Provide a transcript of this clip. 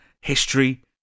history